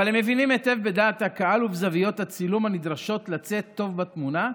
אבל הם מבינים היטב בדעת הקהל ובזוויות הצילום הנדרשות לצאת טוב בתמונה,